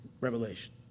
revelation